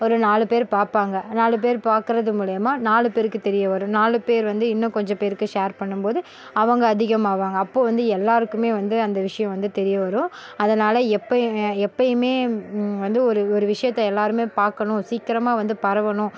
ஒரு நாலு பேர் பார்ப்பாங்க நாலு பேர் பார்க்குறது மூலியமாக நாலு பேருக்கு தெரிய வரும் நாலு பேர் வந்து இன்னும் கொஞ்சம் பேருக்கு ஷேர் பண்ணும் போது அவங்க அதிகமாவாங்க அப்போ வந்து எல்லாருக்குமே அந்த விஷயம் வந்து தெரிய வரும் அதனால் எப்ப எப்பவுமே வந்து ஒரு ஒரு விஷயத்தை எல்லாருமே பார்க்கணும் சீக்கிரமாக வந்து பரவணும்